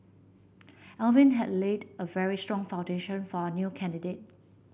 Alvin has laid a very strong foundation for our new candidate